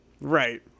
Right